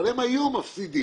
אבל הם היו מפסידים,